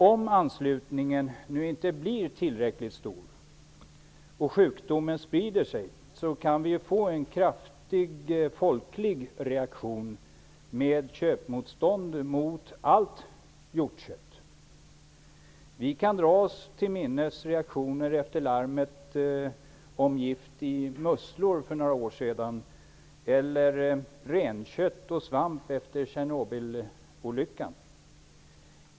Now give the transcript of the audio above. Om anslutningen nu inte blir tillräckligt stor och sjukdomen sprider sig kan vi få en kraftig folklig reaktion med köpmotstånd mot allt hjortkött. Vi kan dra oss till minnes reaktionerna efter larmet om gift i musslor för några år sedan eller reaktionerna mot renkött och svamp efter Tjernobylolyckan.